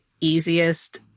easiest